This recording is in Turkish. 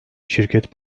şirket